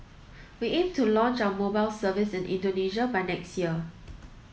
we aim to launch our mobile service in Indonesia by next year